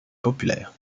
populaires